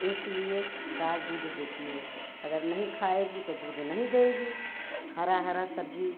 इसलिए गाय दूध देती है अगर नहीं खाएगी तो दूध नहीं देगी हरा हरा सब्जी